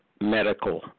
medical